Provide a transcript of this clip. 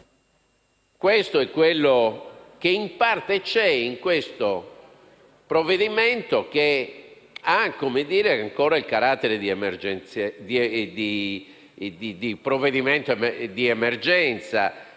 Questo è quello che in parte c'è in questo provvedimento, che ha ancora il carattere di emergenza,